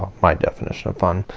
my definition of fun.